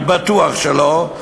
אני בטוח שלא,